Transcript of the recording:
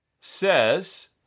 says